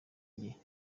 njye